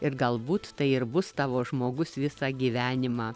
ir galbūt tai ir bus tavo žmogus visą gyvenimą